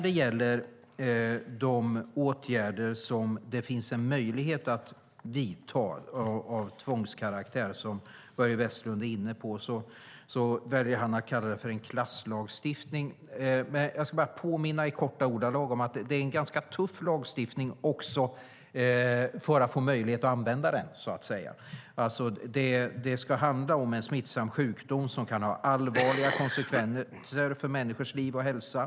De åtgärder av tvångskaraktär som kan vidtas, som Börje Vestlund var inne på, väljer han att kalla för klasslagstiftning. Jag ska i korta ordalag påminna om att det är tuffa förutsättningar för att tillämpa lagstiftningen. Det ska för det första handla om en smittsam sjukdom som kan ha allvarliga konsekvenser för människors liv och hälsa.